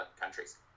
countries